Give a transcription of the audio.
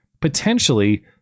potentially